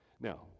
Now